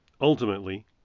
Ultimately